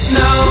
no